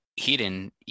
hidden